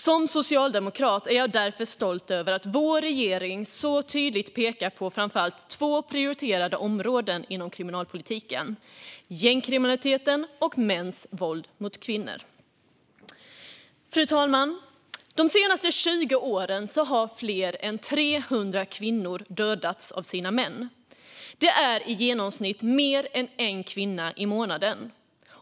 Som socialdemokrat är jag därför stolt över att vår regering så tydligt pekar på framför allt två prioriterade områden inom kriminalpolitiken: gängkriminaliteten och mäns våld mot kvinnor. Fru talman! De senaste 20 åren har fler än 300 kvinnor dödats av sina män. Det är i genomsnitt mer än en kvinna i månaden.